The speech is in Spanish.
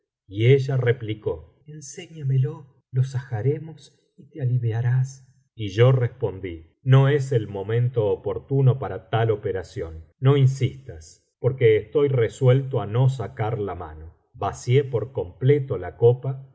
y ella replicó enséñamelo lo sajaremos y te aliviarás y yo respondí no es el momento oportuno para tal operación no insistas porque estoy resuelto á no sacar la mano vacié por completo la copa